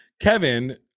kevin